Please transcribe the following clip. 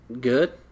good